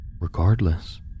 Regardless